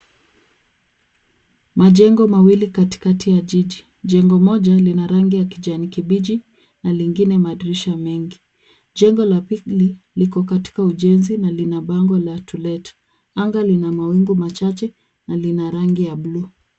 Majengo mawili katikati ya jiji. Jengo moja lina rangi ya kijani kibichi na lingine madirisha mengi. Jengo la pili liko katika ujenzi na lina bango la to let . Anga lina mawingu machache na lina rangi ya buluu.